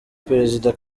perezida